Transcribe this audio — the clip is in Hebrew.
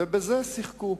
ובזה שיחקו.